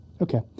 Okay